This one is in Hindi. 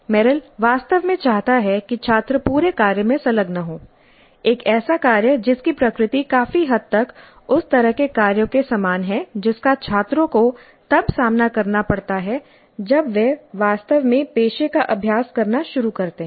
मेरिल वास्तव में चाहता है कि छात्र पूरे कार्य में संलग्न हों एक ऐसा कार्य जिसकी प्रकृति काफी हद तक उस तरह के कार्यों के समान है जिसका छात्रों को तब सामना करना पड़ता है जब वे वास्तव में पेशे का अभ्यास करना शुरू करते हैं